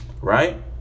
right